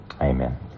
Amen